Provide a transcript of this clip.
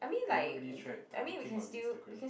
never really tried targeting on Instagram